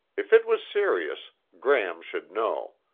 if it was serious, gram should know.